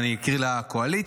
אבל אני אקריא לקואליציה.